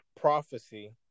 prophecy